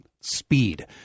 Speed